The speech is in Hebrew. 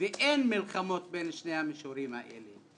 ואין מלחמות בין שני המישורים האלה.